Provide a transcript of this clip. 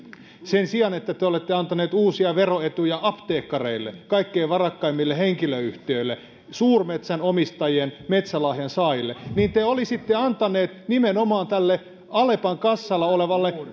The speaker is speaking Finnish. sen sijaan että te olette antaneet uusia veroetuja apteekkareille kaikkein varakkaimmille henkilöyhtiöille suurmetsänomistajien metsälahjan saajille te olisitte antaneet nimenomaan tälle alepan kassalla olevalle